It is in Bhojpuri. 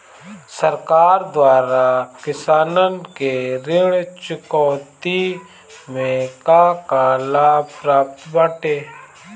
सरकार द्वारा किसानन के ऋण चुकौती में का का लाभ प्राप्त बाटे?